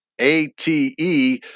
A-T-E